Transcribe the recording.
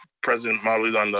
president malauulu. and